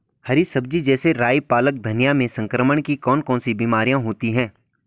हरी सब्जी जैसे राई पालक धनिया में संक्रमण की कौन कौन सी बीमारियां होती हैं?